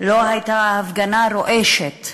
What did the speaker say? לא הייתה ההפגנה רועשת,